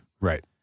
Right